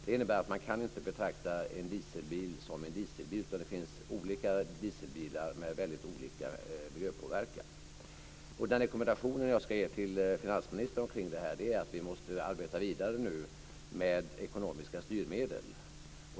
Det innebär att man inte kan betrakta en dieselbil som en dieselbil, utan det finns olika dieselbilar med olika miljöpåverkan. Den rekommendation som jag ska ge till finansministern om det här är att vi nu måste arbeta vidare med ekonomiska styrmedel.